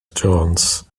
jones